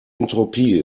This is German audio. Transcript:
entropie